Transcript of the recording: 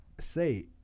say